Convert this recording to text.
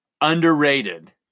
Underrated